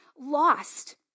lost